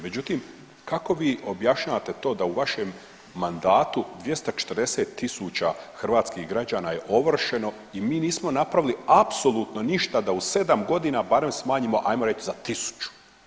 Međutim, kako vi objašnjavate to da u vašem mandatu 240.000 hrvatskih građana je ovršeno i mi nismo napravili apsolutno ništa da u 7 godina barem smanjimo ajmo reći za 1.000.